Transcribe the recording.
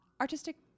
artistic